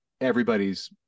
everybody's